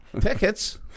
Tickets